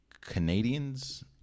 Canadians